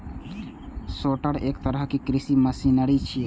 sorter एक तरहक कृषि मशीनरी छियै